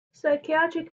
psychiatric